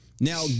Now